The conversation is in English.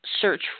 search